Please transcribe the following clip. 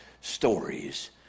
stories